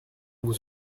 vous